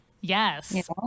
Yes